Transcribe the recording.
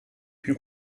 più